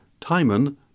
Timon